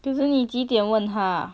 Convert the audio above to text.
就是你几点问她